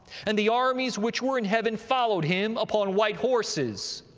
and the armies which were in heaven followed him upon white horses,